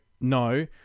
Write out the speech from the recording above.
no